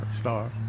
Star